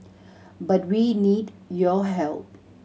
but we need your help